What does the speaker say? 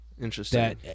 Interesting